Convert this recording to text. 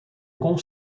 com